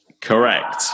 Correct